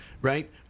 Right